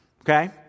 Okay